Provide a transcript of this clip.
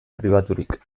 pribaturik